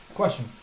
Question